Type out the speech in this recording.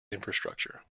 infrastructure